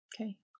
Okay